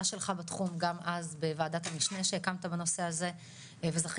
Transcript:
שלך בתחום גם אז בוועדת המשנה שהקמת בנושא הזה וזכיתי